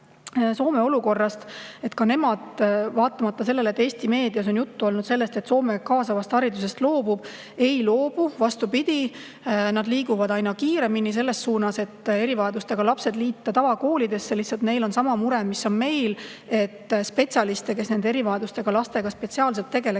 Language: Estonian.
Soome olukorra kohta. Vaatamata sellele, et Eesti meedias on juttu olnud sellest, et Soome loobub kaasavast haridusest, nad ei loobu. Vastupidi, nad liiguvad aina kiiremini selles suunas, et erivajadustega lapsed liita tavakoolidesse. Lihtsalt neil on sama mure, mis meil, et spetsialiste, kes erivajadustega lastega spetsiaalselt tegeleksid,